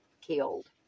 killed